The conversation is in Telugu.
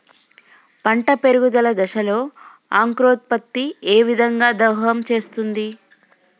పంట పెరుగుదల దశలో అంకురోత్ఫత్తి ఏ విధంగా దోహదం చేస్తుంది?